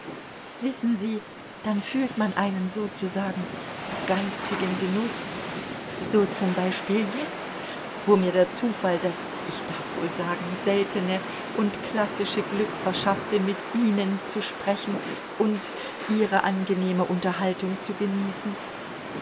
wissen sie dann fühlt man einen sozusagen geistigen genuß so zum beispiel jetzt wo mir der zufall das ich darf wohl sagen seltene und klassische glück verschaffte mit ihnen zu sprechen und ihre angenehme unterhaltung zu genießen